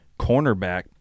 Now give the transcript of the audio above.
cornerback